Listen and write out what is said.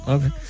Okay